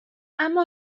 اما